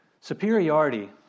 Superiority